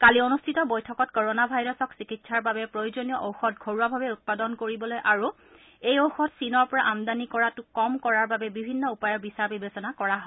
কালি অনুষ্ঠিত বৈঠকত কৰোণা ভাইৰাছক চিকিৎসাৰ বাবে প্ৰয়োজনীয় ঔষধ ঘৰুৱাভাৱে উৎপাদন কৰিবলৈ আৰু এই ঔষধ চীনৰ পৰা আমদানি কৰাতো কম কৰাৰ বাবে বিভিন্ন উপায়ৰ বিচাৰ বিবেচনা কৰা হয়